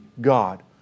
God